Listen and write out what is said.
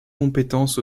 compétences